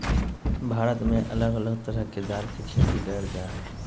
भारत में अलग अलग तरह के दाल के खेती करल जा हय